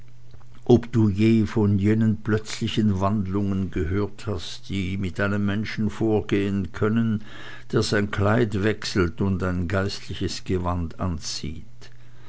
ob du je von jenen plötzlichen wandlungen gehört hast die mit einem menschen vorgehen können der sein kleid wechselt und geistliches gewand anzieht